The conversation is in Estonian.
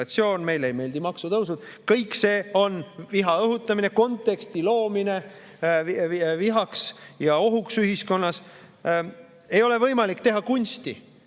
meile ei meeldi maksutõusud. Kõik see on viha õhutamine, konteksti loomine vihaks ja ohuks ühiskonnas. Ei ole võimalik teha kunsti.